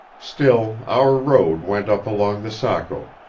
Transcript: still our road went up along the saco,